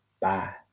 bye